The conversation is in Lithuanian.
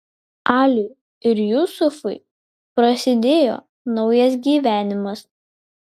aliui ir jusufui prasidėjo naujas gyvenimas